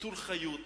נטול חיות,